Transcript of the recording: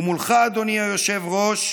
ומולך, אדוני היושב-ראש,